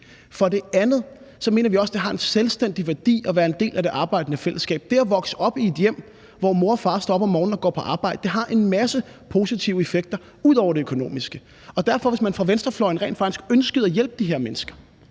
For det andet mener vi også, at det har en selvstændig værdi at være en del af det arbejdende fællesskab. Det at vokse op i et hjem, hvor mor og far står op om morgenen og går på arbejde, har en masse positive effekter ud over det økonomiske. Hvis man fra venstrefløjens side rent faktisk ønskede at hjælpe de her mennesker,